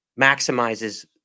Maximizes